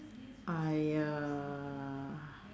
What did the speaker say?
I uh